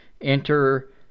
enter